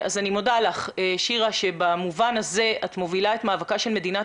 ואני מודה לך שירה שבמובן הזה את מובילה את מאבקה של מדינת